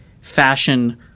fashion